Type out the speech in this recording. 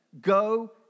Go